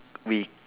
we